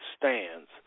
stands